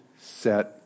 set